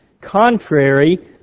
contrary